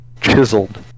chiseled